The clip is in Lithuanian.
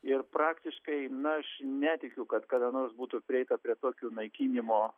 ir praktiškai na aš netikiu kad kada nors būtų prieita prie tokių naikinimo